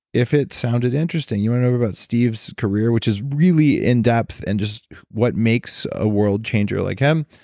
if it sounded interesting, you want to know about steve's career, which is really in depth and just what makes a world changer like him.